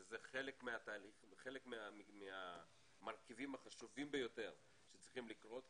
שזה חלק מהמרכיבים החשובים ביותר שצריכים לקרות,